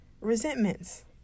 resentments